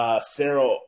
Sarah